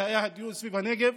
כשהיה הדיון סביב הנגב,